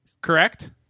correct